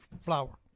flour